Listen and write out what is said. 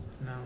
No